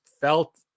felt